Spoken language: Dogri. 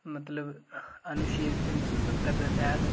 मतलब अनुच्छेद तिन सौ स्हत्तर तैह्त